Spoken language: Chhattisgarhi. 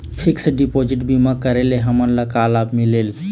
फिक्स डिपोजिट बीमा करे ले हमनला का लाभ मिलेल?